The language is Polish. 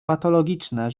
patologiczne